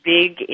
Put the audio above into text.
big